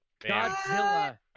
Godzilla